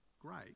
great